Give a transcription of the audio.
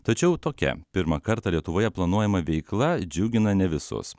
tačiau tokia pirmą kartą lietuvoje planuojama veikla džiugina ne visus